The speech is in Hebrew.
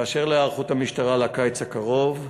2. באשר להיערכות המשטרה לקיץ הקרוב,